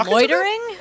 Loitering